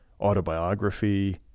autobiography